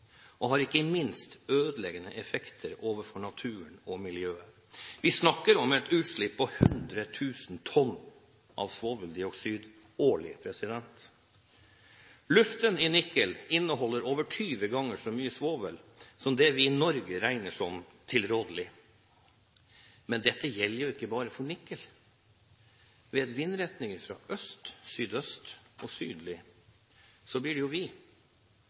og har ikke minst ødeleggende effekter overfor naturen og miljøet. Vi snakker om et utslipp på 100 000 tonn svoveldioksid årlig. Luften i Nikel inneholder over 20 ganger så mye svovel som det vi i Norge regner som tilrådelig, men dette gjelder jo ikke bare for Nikel. Ved vindretninger fra øst/sydøst og syd blir det jo vi,